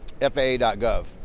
faa.gov